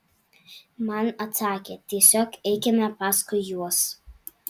man atsakė tiesiog eikime paskui juos